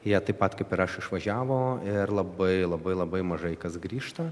jie taip pat kaip ir aš išvažiavo ir labai labai labai mažai kas grįžta